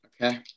Okay